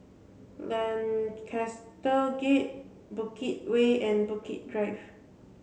Lancaster Gate Bukit Way and Bukit Drive